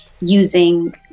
using